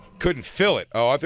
couldn't fill it? oh, ah